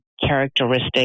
characteristic